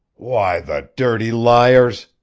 why, the dirty liars!